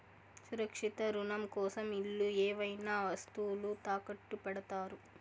సురక్షిత రుణం కోసం ఇల్లు ఏవైనా వస్తువులు తాకట్టు పెడతారు